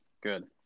Good